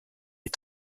des